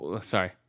sorry